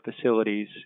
facilities